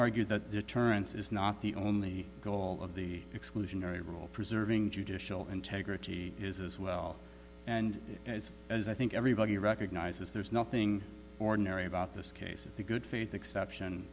argued that deterrence is not the only goal of the exclusionary rule preserving judicial integrity is as well and as as i think everybody recognizes there is nothing ordinary about this case if the good faith exception